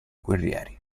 guerrieri